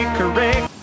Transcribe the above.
correct